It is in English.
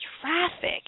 traffic